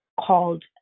called